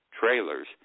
trailers